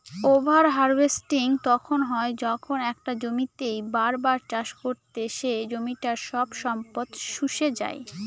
over harvesting তখন হয় যখন একটা জমিতেই বার বার চাষ করে সে জমিটার সব সম্পদ শুষে যাই